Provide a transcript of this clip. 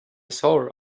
sore